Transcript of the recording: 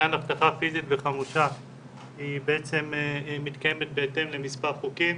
לעניין אבטחה פיזית וחמושה מתקיימת בהתאם למספר חוקים